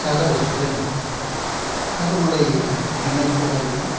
सागर restaurant आज मलाई डिनरको लागि